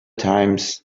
times